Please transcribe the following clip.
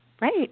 Right